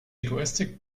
egoistic